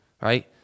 right